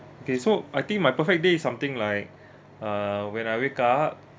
okay so I think my perfect day is something like uh when I wake up